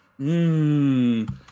Mmm